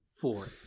four